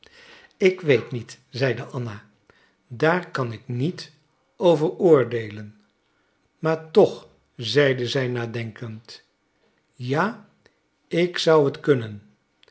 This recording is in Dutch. ik weet niet zeide anna daar kan ik niet over oordeelen maar toch zeide zij nadenkend ja ik zou het kunnen